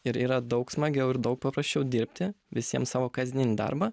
ir yra daug smagiau ir daug paprasčiau dirbti visiems savo kasdieninį darbą